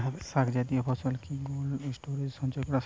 শাক জাতীয় ফসল কি কোল্ড স্টোরেজে সঞ্চয় করা সম্ভব?